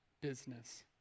business